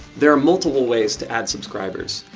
there are multiple ways to add subscribers.